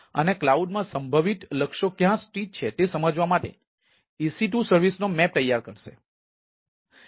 અને ક્લાઉડમાં સંભવિત લક્ષ્યો ક્યાં સ્થિત છે તે સમજવા માટે EC2 સેવાનો નકશો તૈયાર કરો